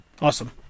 Awesome